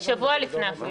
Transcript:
שבוע לפני אפילו.